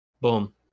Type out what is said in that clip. boom